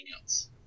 else